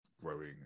growing